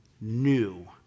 new